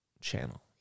channel